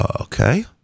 okay